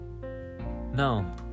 No